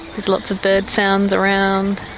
with lots of bird sounds around.